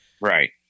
Right